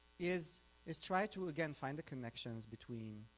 is is try to again find the connections between